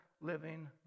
living